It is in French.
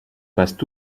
passent